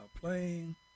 playing